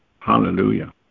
Hallelujah